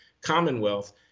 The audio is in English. Commonwealth